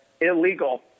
illegal